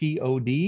pod